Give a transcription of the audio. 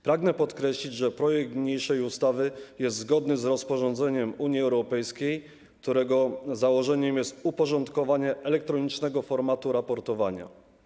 Pragnę podkreślić, że projekt niniejszej ustawy jest zgodny z rozporządzeniem Unii Europejskiej, którego założeniem jest uporządkowanie elektronicznego formatu raportowania.